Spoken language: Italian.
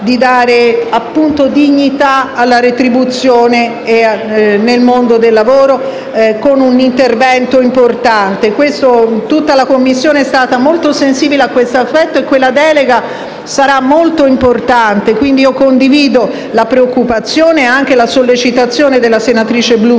di dare dignità alla retribuzione nel mondo del lavoro, con un intervento importante. Tutta la Commissione è stata molto sensibile a questo aspetto e la delega prevista sarà molto importante. Condivido la preoccupazione e anche la sollecitazione della senatrice Blundo